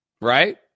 Right